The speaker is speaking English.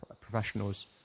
professionals